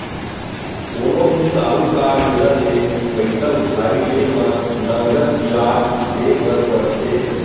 कोनो भी साहूकार मेरन ले पइसा उधारी लेय म नँगत बियाज देय बर परथे